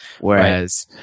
Whereas